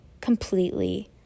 completely